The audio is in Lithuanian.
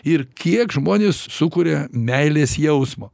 ir kiek žmonės sukuria meilės jausmo